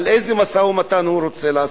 איזה משא-ומתן הוא רוצה לעשות?